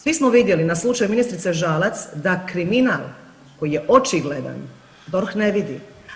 Svi smo vidjeli na slučaju ministrice Žalac da kriminal koji je očigledan DORH ne vidi.